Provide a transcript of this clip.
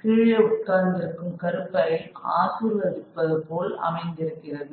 கீழே உட்கார்ந்திருக்கும் கருப்பரை ஆசிர்வதிப்பது போல் அமைந்திருக்கிறது